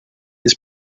his